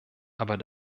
aber